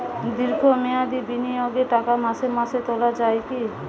দীর্ঘ মেয়াদি বিনিয়োগের টাকা মাসে মাসে তোলা যায় কি?